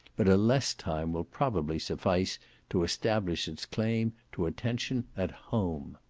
but a less time will probably suffice to establish its claim to attention at home.